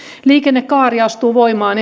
liikennekaari astuu voimaan